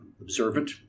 observant